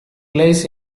relies